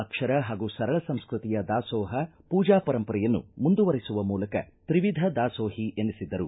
ಅಕ್ಷರ ಹಾಗೂ ಸರಳ ಸಂಸ್ಕೃತಿಯ ದಾಸೋಹ ಪೂಜಾ ಪರಂಪರೆಯನ್ನು ಮುಂದುವರೆಸುವ ಮೂಲಕ ತ್ರಿವಿಧ ದಾಸೋಹಿ ಎನಿಸಿದ್ದರು